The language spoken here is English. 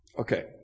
Okay